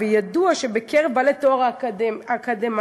וידוע שבקרב בעלי תואר אקדמי,